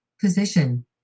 position